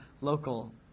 local